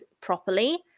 properly